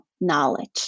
knowledge